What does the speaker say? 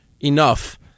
enough